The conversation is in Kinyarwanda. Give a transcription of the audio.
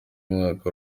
mwaka